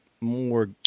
more